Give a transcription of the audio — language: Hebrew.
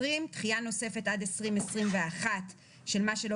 רשויות